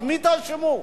את מי תאשימו?